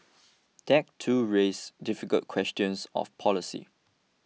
that too raises difficult questions of policy